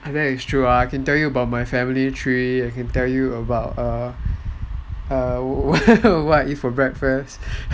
ah that is true ah I can tell you about my family tree I can tell you about err what I eat for breakfast